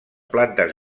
plantes